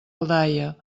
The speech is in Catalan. aldaia